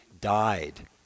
died